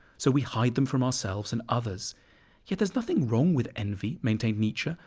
so we hide them from ourselves and others yet there is nothing wrong with envy, maintained nietzsche,